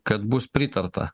kad bus pritarta